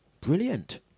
brilliant